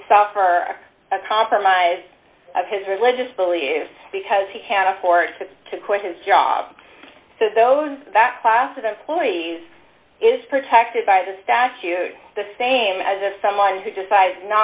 to suffer a compromise of his religious beliefs because he can't afford to quit his job so those that class of employees is protected by the statute the same as a someone who decides